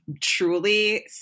truly